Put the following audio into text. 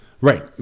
Right